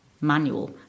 manual